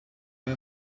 man